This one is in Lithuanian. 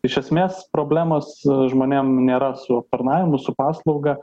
iš esmės problemos žmonėm nėra su aptarnavimu su paslauga